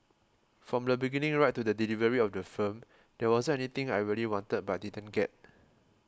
from the beginning right to the delivery of the film there wasn't anything I really wanted but didn't get